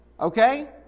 Okay